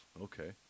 Okay